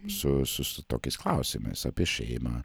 su su su tokiais klausimais apie šeimą